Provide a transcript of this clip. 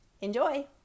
Enjoy